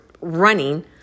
running